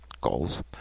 goals